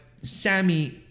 Sammy